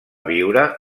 viure